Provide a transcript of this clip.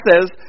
says